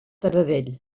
taradell